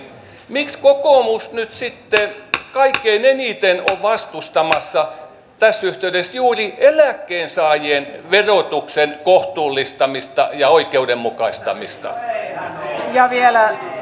miksi kokoomus nyt sitten on kaikkein eniten vastustamassa tässä yhteydessä juuri eläkkeensaajien verotuksen kohtuullistamista ja oikeudenmukaistamista